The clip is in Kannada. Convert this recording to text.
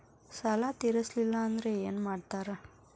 ಸಾಲ ತೇರಿಸಲಿಲ್ಲ ಅಂದ್ರೆ ಏನು ಮಾಡ್ತಾರಾ?